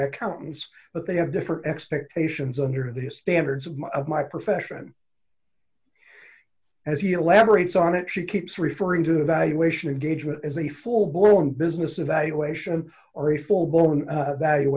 accountants but they have different expectations under the standards of my profession as he elaborates on it she keeps referring to the valuation gauge with a full blown business evaluation or a full blown valu